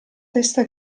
testa